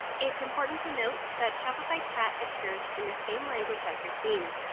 it's important to note that shopify chat appears in the same language as your theme.